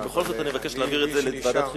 בכל זאת, אני מבקש להעביר את זה לוועדת החינוך.